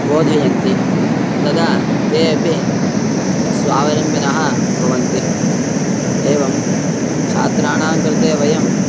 बोधयन्ति तदा ते अपि स्वावलम्बिनः भवन्ति एवं छात्राणां कृते वयम्